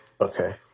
Okay